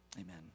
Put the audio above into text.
amen